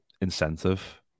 incentive